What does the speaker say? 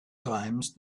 times